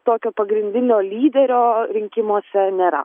tokio pagrindinio lyderio rinkimuose nėra